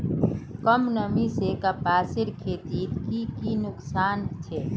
कम नमी से कपासेर खेतीत की की नुकसान छे?